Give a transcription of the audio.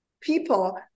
people